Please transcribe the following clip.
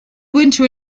winter